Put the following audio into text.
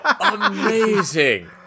Amazing